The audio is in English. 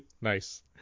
nice